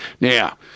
Now